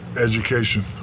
Education